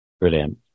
Brilliant